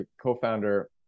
co-founder